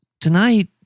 tonight